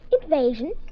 Invasion